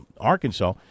Arkansas